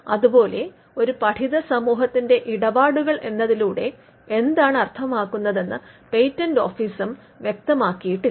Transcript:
അതുപോലെ ഒരു പഠിത സമൂഹത്തിന്റെ ഇടപാടുകൾ എന്നതിലൂടെ എന്താണ് അർത്ഥമാക്കുന്നത് എന്ന് പേറ്റന്റ് ഓഫീസും വ്യക്തമാക്കിയിട്ടില്ല